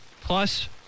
plus